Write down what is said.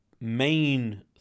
main